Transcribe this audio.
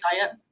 diet